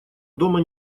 дома